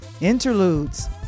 Interludes